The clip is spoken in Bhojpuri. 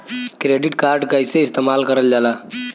क्रेडिट कार्ड कईसे इस्तेमाल करल जाला?